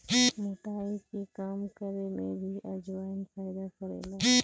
मोटाई के कम करे में भी अजवाईन फायदा करेला